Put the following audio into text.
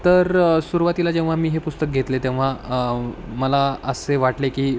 तर सुरुवातीला जेव्हा मी हे पुस्तक घेतले तेव्हा मला असे वाटले की